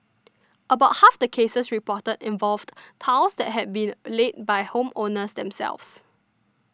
about half the cases reported involved tiles that had been laid by home owners themselves